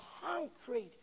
concrete